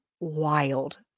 wild